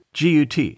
GUT